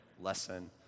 lesson